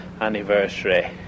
anniversary